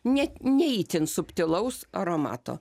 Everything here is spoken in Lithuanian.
ne ne itin subtilaus aromato